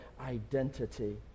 identity